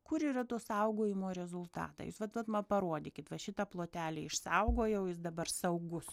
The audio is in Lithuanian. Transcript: kur yra to saugojimo rezultatai jūs vat vat man parodykit va šitą plotelį išsaugojau jis dabar saugus